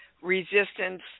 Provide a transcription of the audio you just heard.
Resistance